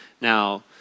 Now